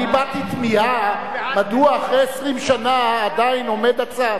אני הבעתי תמיהה מדוע אחרי 20 שנה עדיין עומד הצו.